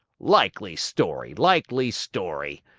likely story, likely story.